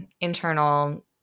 internal